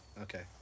Okay